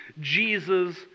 Jesus